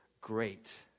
great